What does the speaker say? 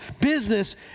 business